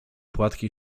płatki